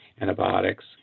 antibiotics